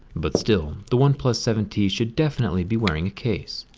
but still, the oneplus seven t should definitely be wearing a case.